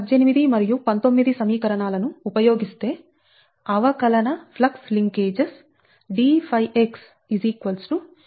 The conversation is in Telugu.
18 మరియు 19 సమీకరణాలను ఉపయోగిస్తే అవకలన ఫ్లక్స్ లింకేజెస్ d𝜙x 𝛍0